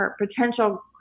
potential